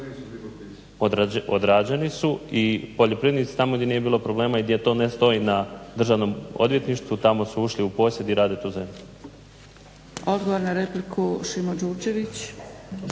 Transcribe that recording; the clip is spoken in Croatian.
odrađeni su i poljoprivrednici tamo gdje nije bilo problema i gdje to ne stoji na Državnom odvjetništvu tamo su ušli u posjed i rade tu zemlju. **Zgrebec, Dragica